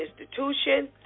institution